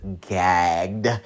gagged